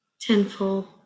Tenfold